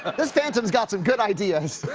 but this phantom's got some good ideas.